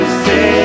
say